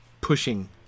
pushing